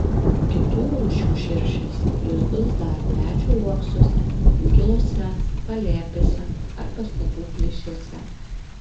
kitų rūšių širšės lizdus daro medžių uoksuose inkiluose palėpėse ar pastatų plyšiuose